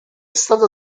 stata